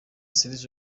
serge